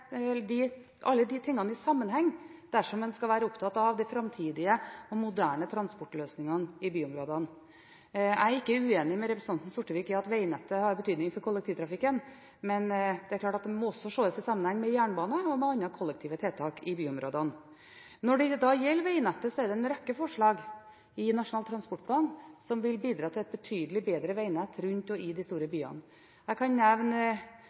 framtidige og moderne transportløsningene i byområdene. Jeg er ikke uenig med representanten Sortevik i at vegnettet har betydning for kollektivtrafikken, men det er klart at det også må ses i sammenheng med jernbane og andre kollektive tiltak i byområdene. Det er en rekke forslag i Nasjonal transportplan som vil bidra til et betydelig bedre vegnett rundt og i de store byene. Jeg kan nevne